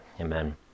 Amen